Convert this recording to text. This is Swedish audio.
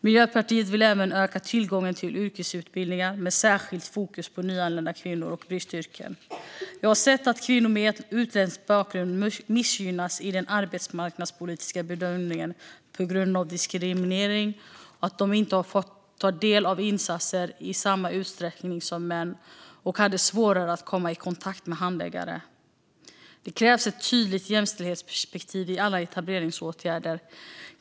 Miljöpartiet vill även öka tillgången till yrkesutbildningar, med särskilt fokus på nyanlända kvinnor och bristyrken. Vi har sett att kvinnor med utländsk bakgrund missgynnas i den arbetsmarknadspolitiska bedömningen på grund av diskriminering. De får inte ta del av insatser i samma utsträckning som män och har svårare att komma i kontakt med handläggare. Det krävs ett tydligt jämställdhetsperspektiv i alla etableringsåtgärder.